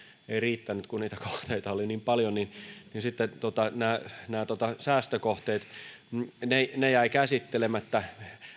ei riittänyt kun niitä kohteita oli niin paljon niin niin sitten nämä nämä säästökohteet jäivät käsittelemättä